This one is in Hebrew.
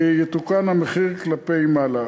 יתוקן המחיר כלפי מעלה.